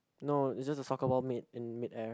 no it just a soccer ball mid in mid air